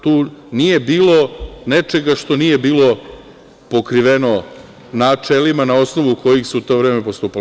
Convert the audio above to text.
Tu nije bilo nečega što nije bilo pokriveno načelima na osnovu kojih se u to vreme postupalo.